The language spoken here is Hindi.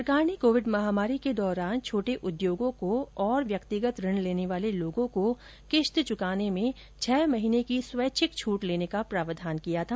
सरकार ने कोविड महामारी के दौरान छोटे उद्योगों को और व्यक्तिगत ऋण लेने वाले लोगों को किश्त चुकाने में छह महीने की स्वैच्छिक छूट देने का प्रावधान किया था